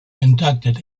inducted